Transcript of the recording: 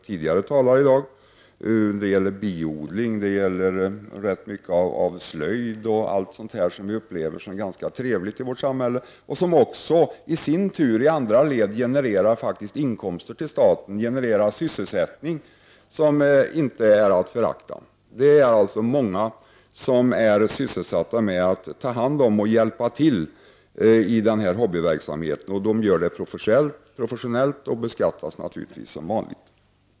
Tidigare talare i dag har nämnt biodling, slöjd och liknande, som vi upplever som ganska trevligt i vårt samhälle och som i sin tur, i andra led, faktiskt genererar inkomster till staten genom att det genererar sysselsättning som inte är att förakta. Det är alltså många som är sysselsatta med att ta hand om produkterna av den hobbyverksamheten, och de gör det professionellt och beskattas naturligtvis som vanligt.